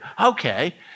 Okay